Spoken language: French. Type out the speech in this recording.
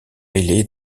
mêlés